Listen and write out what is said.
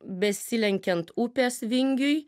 besilenkiant upės vingiui